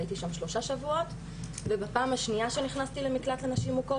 הייתי שם שלושה שבועות ובפעם השנייה שנכנסתי למקלט לנשים מוכות,